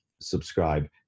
subscribe